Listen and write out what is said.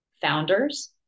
founders